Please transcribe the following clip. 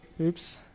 Oops